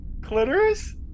Clitoris